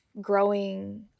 growing